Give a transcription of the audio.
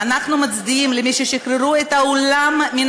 אנחנו מצדיעים למי ששחררו את העולם מן